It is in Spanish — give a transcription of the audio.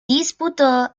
disputó